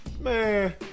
Man